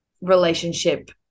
relationship